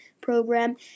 program